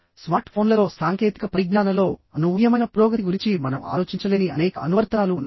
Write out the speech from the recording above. smart ఫోన్లలో సాంకేతిక పరిజ్ఞానంలో అనూహ్యమైన పురోగతి గురించి మనం ఆలోచించలేని అనేక అనువర్తనాలు ఉన్నాయి